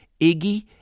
Iggy